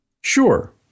sure